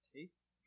Tastes